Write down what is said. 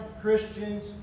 Christians